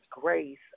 grace